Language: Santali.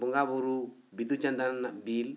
ᱵᱚᱸᱜᱟ ᱵᱳᱨᱳ ᱵᱤᱫᱩ ᱪᱟᱸᱫᱟᱱ ᱨᱮᱱᱟᱜ ᱵᱤᱞ